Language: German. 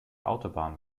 autobahn